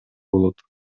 болот